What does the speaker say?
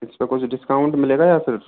इस पे कुछ डिस्काउंट मिलेगा या फिर